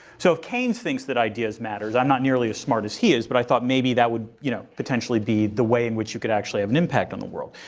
so keynes thinks that ideas matters i'm not nearly as smart as he is but i thought maybe that would you know potentially be the way in which you could actually have an impact on the world.